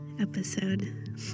episode